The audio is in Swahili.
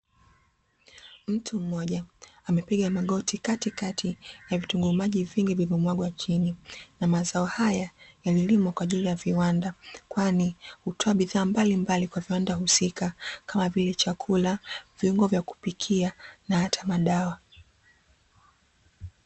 Mtu mmoja amepiga magoti katikati ya vitunguu maji vingi vilivyo mwagwa chini, na mazao haya yalilimwa kwa ajili ya viwanda kwani hutoa bidhaa mbalimbali kwa viwanda husika kama vile chakula, viungo vya kupikia, na hata madawa